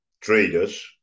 traders